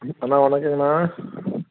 அண்ணா வணக்கங்கண்ணா